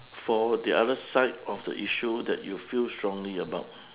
for the other side of the issue that you feel strongly about